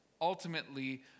ultimately